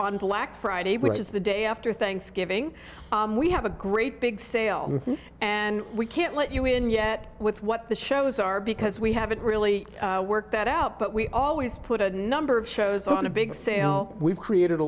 on black friday which is the day after thanksgiving we have a great big sale and we can't let you in yet with what the shows are because we haven't really worked that out but we always put a number of shows on a big sale we've created a